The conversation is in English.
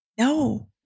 No